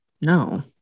No